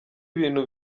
ibintu